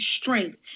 strength